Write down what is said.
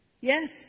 Yes